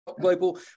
global